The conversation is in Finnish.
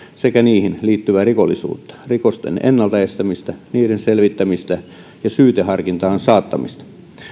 sekä niihin liittyvää rikollisuutta rikosten ennalta estämistä niiden selvittämistä ja syyteharkintaan saattamista